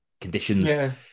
conditions